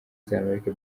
z’amerika